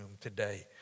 today